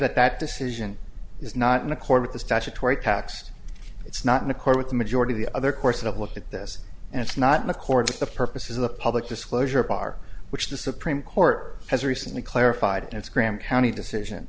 that that decision is not in accord with the statutory tax it's not in accord with the majority of the other course i've looked at this and it's not in accord with the purpose of the public disclosure bar which the supreme court has recently clarified it's graham county decision